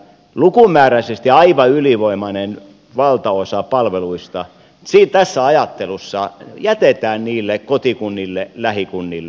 lukumääräisesti aivan ylivoimainen valtaosa palveluista tässä ajattelussa jätetään niille kotikunnille lähikunnille